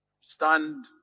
stunned